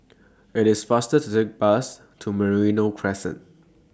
IT IS faster to Take The Bus to Merino Crescent